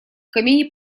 камине